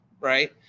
right